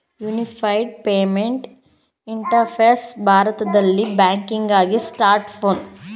unified payment interface ಭಾರತದಲ್ಲಿ ಬ್ಯಾಂಕಿಂಗ್ಆಗಿ smart phone application ಆಗಿದೆ ಎಂದು ಹೇಳಬಹುದು